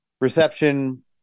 reception